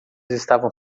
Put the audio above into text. estavam